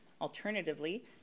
Alternatively